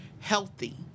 healthy